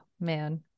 man